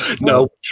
No